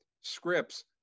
scripts